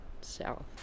south